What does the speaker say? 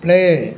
play